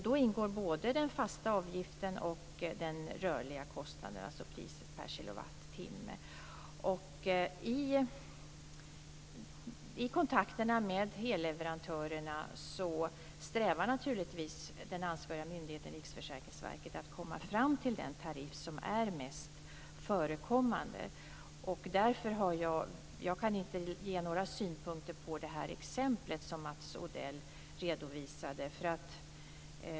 Då ingår både den fasta avgiften och den rörliga kostnaden, dvs. priset per kilowattimme. I kontakterna med elleverantörerna strävar den ansvariga myndigheten Riksförsäkringsverket att komma fram till den tariff som är mest förekommande. Jag kan inte ge några synpunkter på det exempel som Mats Odell redovisade.